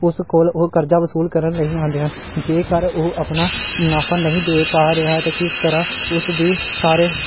ਉਸ ਕੋਲ ਉਹ ਕਰਜ਼ਾ ਵਸੂਲ ਕਰਨ ਲਈ ਆਉਂਦੇ ਹਨ ਜੇਕਰ ਉਹ ਆਪਣਾ ਮੁਨਾਫਾ ਨਹੀਂ ਦੇ ਪਾ ਰਿਹਾ ਅਤੇ ਕਿਸ ਤਰ੍ਹਾਂ ਉਸ ਦੀ ਸਾਰੇ